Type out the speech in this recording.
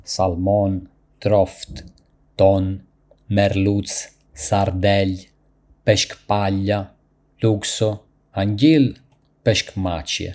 Ka shumë lloje peshqish, si salmon, troftë, ton, merluz, sardele, peshk palla, lukso, angjillë dhe peshk macë. Çdo peshk ka habitat dhe karakteristika unike.